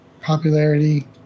popularity